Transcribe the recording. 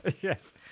yes